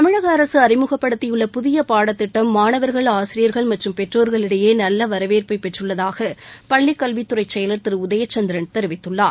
தமிழக அரசு அறிமுகப்படுத்தியுள்ள புதிய பாடத்திட்டம் மாணவர்கள் ஆசிரியர்கள் மற்றும் பெற்றோர்களிடையே நல்ல வரவேற்பை பெற்றுள்ளதாக பள்ளிக்கல்வித்துறை செயலர் திரு உதய சந்திரன் தெரிவித்துள்ளார்